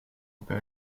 peut